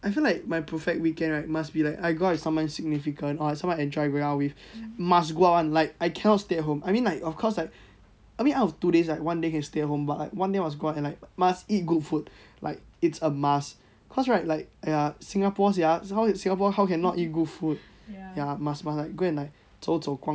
I feel like my perfect weekend right must be like I go out with someone significant or someone I enjoy with are with must go out one like I cannot stay at home I mean like of course like I mean out of two days right one day can stay at home but like one day must like go out and like must eat good food like it's a must cause right like !aiya! singapore [sial] how is singapore how cannot eat good food ya must must like go and 走走逛逛